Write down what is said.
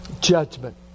Judgment